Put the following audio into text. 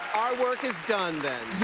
our work is done,